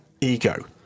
ego